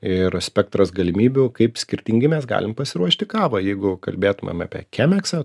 ir spektras galimybių kaip skirtingai mes galim pasiruošti kavą jeigu kalbėtumėm apie kemeksą